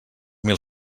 mil